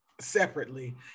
separately